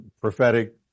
prophetic